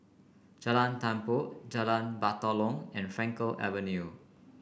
Jalan Tempua Jalan Batalong and Frankel Avenue